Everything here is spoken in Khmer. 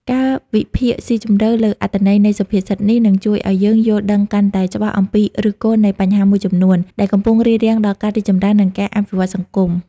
ការវិភាគស៊ីជម្រៅលើអត្ថន័យនៃសុភាសិតនេះ នឹងជួយឲ្យយើងយល់ដឹងកាន់តែច្បាស់អំពីឫសគល់នៃបញ្ហាមួយចំនួន ដែលកំពុងរារាំងដល់ការរីកចម្រើន និងការអភិវឌ្ឍសង្គម។